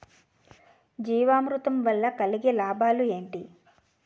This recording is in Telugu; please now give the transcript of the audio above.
జీవామృతం వల్ల కలిగే లాభాలు ఏంటి?